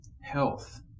health